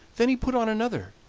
then he put on another,